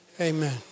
Amen